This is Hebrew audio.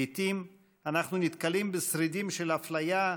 לעיתים אנחנו נתקלים בשרידים של אפליה,